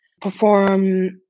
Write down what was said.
perform